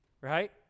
right